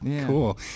Cool